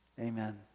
Amen